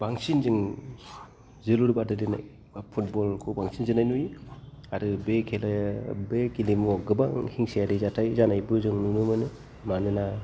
बांसिन जों जोलुर बादायलायनाय फुटबलखौ बांसिन जोनाय नुयो आरो बे खेलायाव बे गेलेमुआव गोबां हिंसायारि जाथाय जानायबो जों नुनो मोनो मानोना